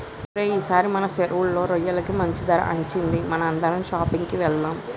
ఓరై ఈసారి మన సెరువులో రొయ్యలకి మంచి ధర అచ్చింది మనం అందరం షాపింగ్ కి వెళ్దాం